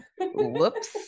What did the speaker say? whoops